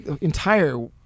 entire